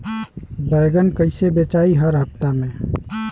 बैगन कईसे बेचाई हर हफ्ता में?